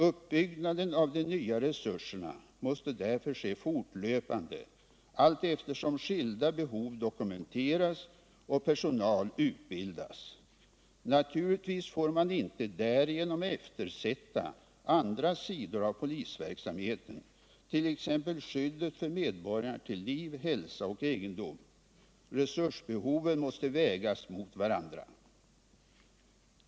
Uppbyggnaden av de nya resurserna måste därför ske fortlöpande allteftersom skilda behov dokumenteras och personal utbildas. Naturligtvis får man inte därigenom eftersätta andra sidor av polisverksamheten, t.ex. skyddet för medborgarna till liv, hälsa och egendom. Resursbehoven måste vägas mot varandra.